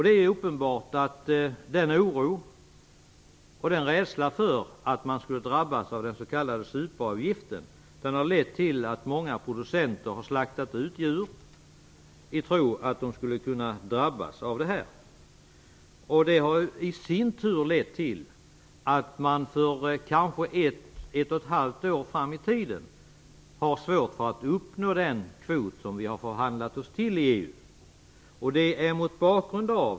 Det är uppenbart att oron och rädslan för att drabbas av den s.k. superavgiften har lett till att många producenter har slaktat ut djur. Det har i sin tur lett till att man kanske ett eller ett och ett halvt år framöver har svårt att uppnå den kvot som vi har förhandlat oss till i EU.